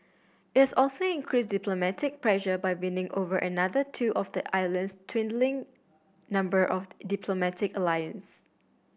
it has also increased diplomatic pressure by winning over another two of the island's dwindling number of diplomatic allies